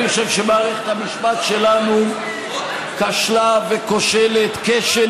אני חושב שמערכת המשפט שלנו כשלה וכושלת כשל